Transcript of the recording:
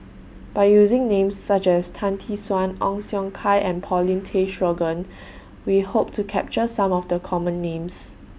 By using Names such as Tan Tee Suan Ong Siong Kai and Paulin Tay Straughan We Hope to capture Some of The Common Names